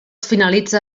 finalitza